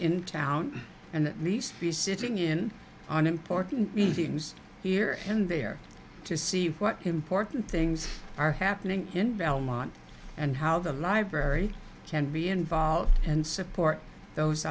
in town and at least be sitting in on important meetings here and there to see what important things are happening in belmont and how the library can be involved and support those